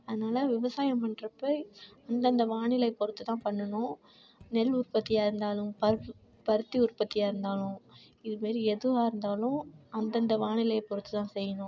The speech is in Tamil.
அதனால் விவசாயம் பண்ணுறப்ப அந்தந்த வானிலையை பொறுத்து தான் பண்ணணும் நெல் உற்பத்தியாக இருந்தாலும் பருப்பு பருத்தி உற்பத்தியாக இருந்தாலும் இதுமாரி எதுவாக இருந்தாலும் அந்தந்த வானிலையை பொறுத்து தான் செய்யணும்